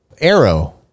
arrow